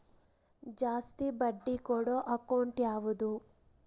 ಜಾಸ್ತಿ ಬಡ್ಡಿ ಕೊಡೋ ಅಕೌಂಟ್ ಯಾವುದು?